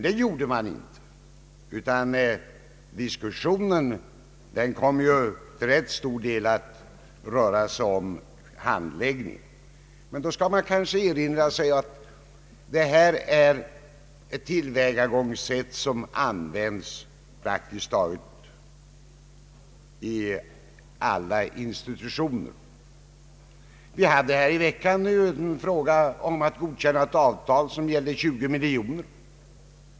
Det gjordes inte, utan diskussionen kom till rätt stor del att röra sig om handläggningen. Man bör kanske erinra sig att det här gäller ett tillvägagångssätt som används i praktiskt taget alla institutioner. Vi hade i veckan en fråga om att godkänna ett avtal som gällde 20 miljoner kronor.